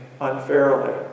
unfairly